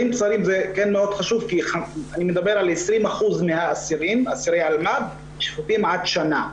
אני מדבר על 20% מאסירי אלמ"ב ששופטים עד שנה.